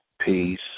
peace